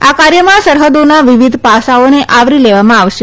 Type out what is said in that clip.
આ કાર્યમાં સરહદોના વિવિધ પાસાઓને આવરી લેવામાં આવશે